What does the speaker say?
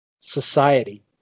society